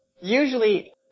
usually